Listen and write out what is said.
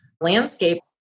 landscape